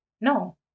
no